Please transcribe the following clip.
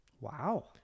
wow